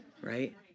right